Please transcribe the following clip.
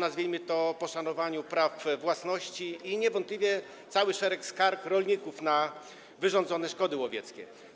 dotyczący poszanowania praw własności i niewątpliwie cały szereg skarg rolników na wyrządzone szkody łowieckie.